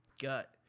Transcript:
gut